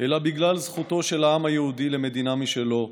אלא בגלל זכותו של העם היהודי למדינה משלו,